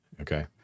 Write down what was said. Okay